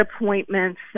appointments